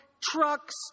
Trucks